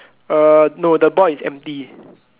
uh no the board is empty